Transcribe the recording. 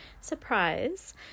surprise